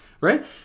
right